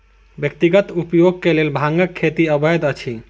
व्यक्तिगत उपयोग के लेल भांगक खेती अवैध अछि